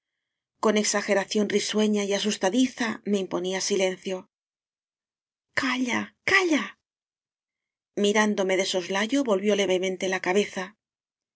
con exageración risueña y asustadiza me impo nía silencio calla calla mirándome de soslayo volvió levemente la cabeza